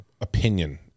opinion